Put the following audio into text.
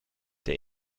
der